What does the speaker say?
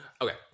Okay